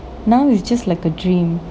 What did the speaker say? now is just like a dream